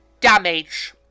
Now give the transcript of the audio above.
damage